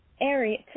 area